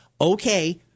okay